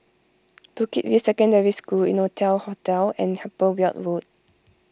Bukit View Secondary School Innotel Hotel and Upper Weld Road